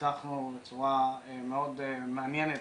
שפיתחנו בצורה מאוד מעניינת